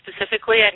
specifically